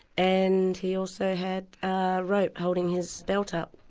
and he also had ah rope holding his belt up.